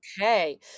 Okay